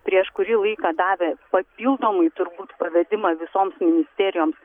prieš kurį laiką davė papildomai turbūt pavedimą visoms ministerijoms